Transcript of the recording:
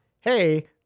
hey